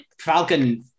Falcon